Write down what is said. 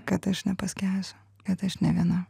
kad aš nepaskęsiu kad aš ne viena